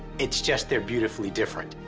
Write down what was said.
it's just they're beautifully different.